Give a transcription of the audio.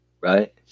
Right